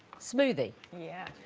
smoothie. yeah.